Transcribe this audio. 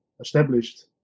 established